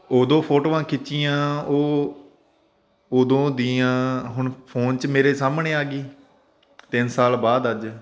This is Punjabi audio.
ਉਦੋਂ ਫੋਟੋਆਂ ਖਿੱਚੀਆਂ ਉਹ ਉਦੋਂ ਦੀਆਂ ਹੁਣ ਫੋਨ 'ਚ ਮੇਰੇ ਸਾਹਮਣੇ ਆ ਗਈ ਤਿੰਨ ਸਾਲ ਬਾਅਦ ਅੱਜ